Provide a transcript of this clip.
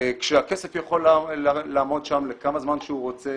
והכסף יכול לעמוד שם כמה זמן שהוא רוצה,